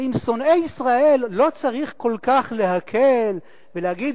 ועם שונאי ישראל לא צריך כל כך להקל ולהגיד,